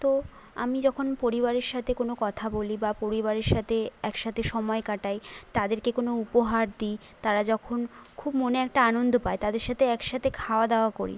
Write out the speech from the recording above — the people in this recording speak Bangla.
তো আমি যখন পরিবারের সাথে কোনো কথা বলি বা পরিবারের সাথে একসাথে সময় কাটাই তাদেরকে কোনো উপহার দিই তারা যখন খুব মনে একটা আনন্দ পায় তাদের সাথে একসাথে খাওয়া দাওয়া করি